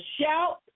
shout